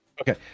okay